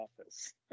office